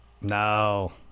No